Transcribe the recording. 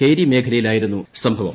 കേരി മേഖലയിലായിരുന്നു സംഭവം